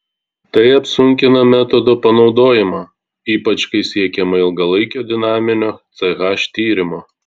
tai apsunkina metodo panaudojimą ypač kai siekiama ilgalaikio dinaminio ch tyrimo